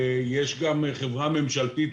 ויש גם חברה ממשלתית,